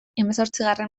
hemezortzigarren